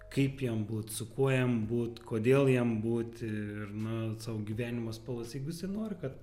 kaip jam būt su kuo jam būt kodėl jam būt ir na savo gyvenimo spalvas jeigu jis nori kad